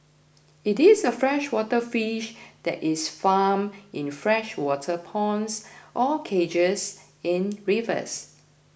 it is a freshwater fish that is farmed in freshwater ponds or cages in rivers